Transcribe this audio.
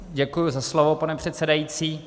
Děkuji za slovo, pane předsedající.